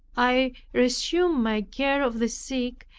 i resumed my care of the sick,